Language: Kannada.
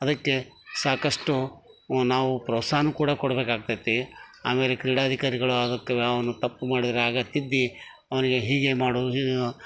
ಅದಕ್ಕೆ ಸಾಕಷ್ಟು ನಾವು ಪ್ರೋತ್ಸಾಹನೂ ಕೂಡ ಕೊಡ್ಬೇಕಾಗ್ತದೆ ಆಮೇಲೆ ಕ್ರೀಡಾಧಿಕಾರಿಗಳು ಅದಕ್ಕೆ ಅವನು ತಪ್ಪು ಮಾಡಿದರೆ ಆಗ ತಿದ್ದಿ ಅವನಿಗೆ ಹೀಗೆ ಮಾಡು